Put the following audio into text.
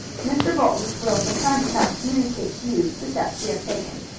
mr. bolton will from time to time communicate to you the steps we have taken.